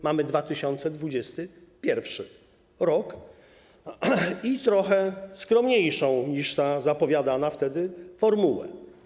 Mamy 2021 r. i trochę skromniejszą niż ta zapowiadana wtedy formułę.